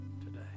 today